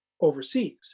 overseas